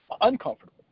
uncomfortable